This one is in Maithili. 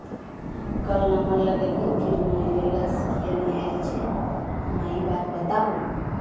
कल नम्बर लगैलियै फिर नहि एलै गैस किएक नहि आयल छै अहाँ ई बात बताबू